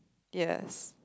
yes